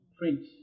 print